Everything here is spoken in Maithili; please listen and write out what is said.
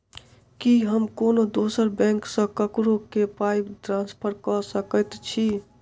की हम कोनो दोसर बैंक सँ ककरो केँ पाई ट्रांसफर कर सकइत छि?